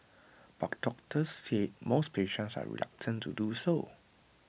but doctors say most patients are reluctant to do so